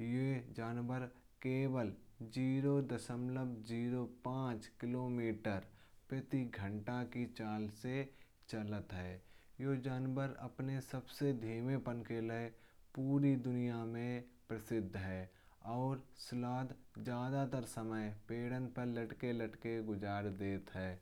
यह जानवर सिर्फ शून्य दशमलव शून्य पांच किलोमीटर प्रति घंटा की चाल से चलता है। यह जानवर अपने सबसे धीमापन के लिए पूरी दुनिया में प्रसिद्ध है। और ज़्यादातर समय पेड़ों पर लटके लटके गुजार देता है।